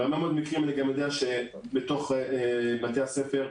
בהרבה מאוד מקרים אני יודע שבתוך בתי הספר,